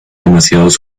demasiados